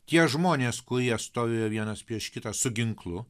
tie žmonės kurie stovėjo vienas prieš kitą su ginklu